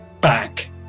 back